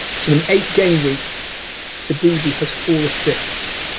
so and eight game weeks set db has four assists